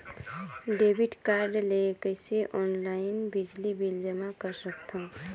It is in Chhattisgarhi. डेबिट कारड ले कइसे ऑनलाइन बिजली बिल जमा कर सकथव?